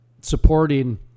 supporting